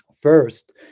First